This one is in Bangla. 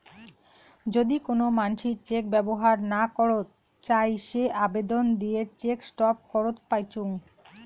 যদি কোন মানসি চেক ব্যবহর না করত চাই সে আবেদন দিয়ে চেক স্টপ করত পাইচুঙ